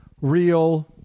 real